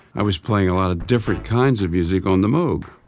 i was playing a lot of different kinds of music on the moog,